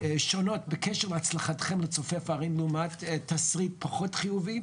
שונות בקשר להצלחתם וצופי פערים לעומת תסריט פחות חיובי?